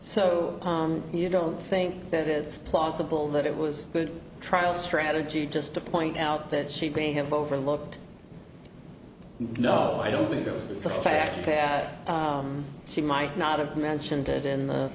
so you don't think that it's possible that it was good trial strategy just to point out that shaping have overlooked no i don't think it was the fact that she might not have mentioned it in the